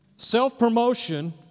Self-promotion